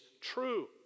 true